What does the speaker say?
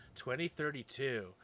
2032